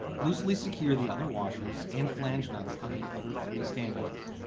loosely secure the other washers and flange nuts on the other three standoffs.